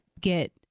get